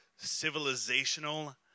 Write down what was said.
civilizational